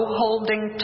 holding